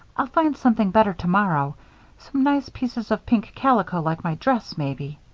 i'll find something better tomorrow some nice pieces of pink calico like my dress, maybe.